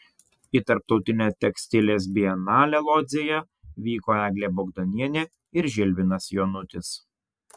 į tarptautinę tekstilės bienalę lodzėje vyko eglė bogdanienė ir žilvinas jonutis